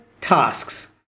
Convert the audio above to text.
tasks